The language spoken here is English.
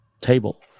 table